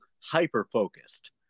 hyper-focused